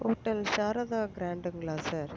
hotel Sharada கிராண்டுங்களா sir